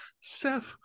Seth